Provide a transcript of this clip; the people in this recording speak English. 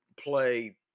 play